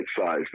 size